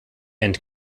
and